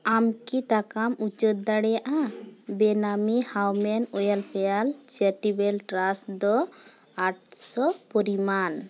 ᱟᱢ ᱠᱤ ᱴᱟᱠᱟᱢ ᱩᱪᱟᱹᱲ ᱫᱟᱲᱮᱭᱟᱜᱼᱟ ᱵᱮᱱᱟᱢᱤ ᱦᱤᱭᱩᱢᱮᱱ ᱳᱭᱮᱞᱯᱷᱮᱭᱟᱨ ᱪᱮᱨᱤᱴᱮᱵᱚᱞ ᱴᱨᱟᱥᱴ ᱫᱚ ᱟᱴ ᱥᱚ ᱯᱚᱨᱤᱢᱟᱱ